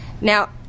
Now